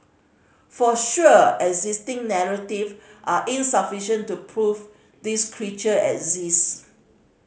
for sure existing narrative are insufficient to prove this creature exist